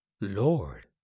Lord